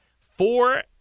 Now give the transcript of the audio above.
Four